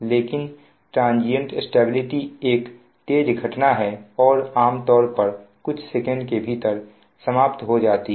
लेकिन transient stability एक तेज घटना है और आमतौर पर कुछ सेकंड के भीतर समाप्त हो जाती है